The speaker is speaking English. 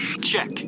Check